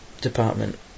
department